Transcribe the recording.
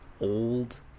Old